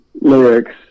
lyrics